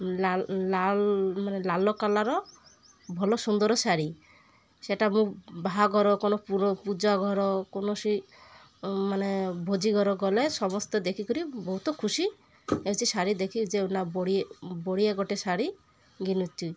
ଲାଲ ଲାଲ ମାନେ ଲାଲ କଲର୍ ଭଲ ସୁନ୍ଦର ଶାଢ଼ୀ ସେଟା ମୁଁ ବାହାଘର କ'ଣ ପୂଜା ଘର କୌଣସି ମାନେ ଭୋଜି ଘର ଗଲେ ସମସ୍ତେ ଦେଖି କରି ବହୁତ ଖୁସି ହେଉଛି ଶାଢ଼ୀ ଦେଖିକି ଯେ ନା ବଢ଼ିଆ ଗୋଟେ ଶାଢ଼ୀ ଘିନୁଛି